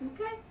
Okay